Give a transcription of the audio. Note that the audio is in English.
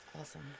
awesome